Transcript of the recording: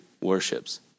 worships